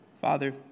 Father